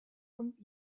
und